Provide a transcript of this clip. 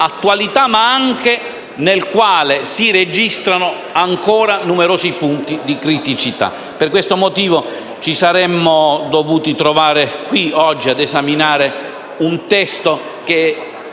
attualità, ma nel quale si registrano ancora numerosi punti di criticità. Per questo motivo ci saremmo dovuti trovare qui oggi a esaminare un testo in